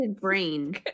brain